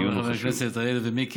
חברי הכנסת איילת ומיקי,